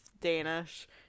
Danish